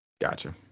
Gotcha